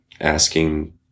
asking